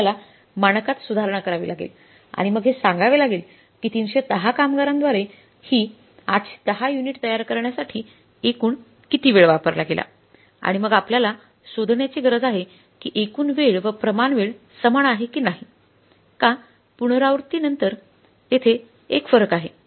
आपल्याला मानकात सुधारणा करावी लागेल आणि मग हे सांगावे लागेल की 310 कामगारांद्वारे ही 810 युनिट तयार करण्यासाठी एकूण किती वेळ वापरला गेला आणि मग आपल्याला शोधण्याची गरज आहे की एकूण वेळ व प्रमाण वेळ समान आहे की नाही का पुनरावृत्ती नंतर तेथे एक फरक आहे